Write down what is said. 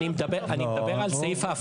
הוא מדבר על הפקעות.